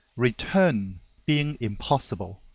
return being impossible,